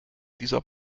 dieser